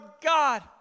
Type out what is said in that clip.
God